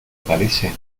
parece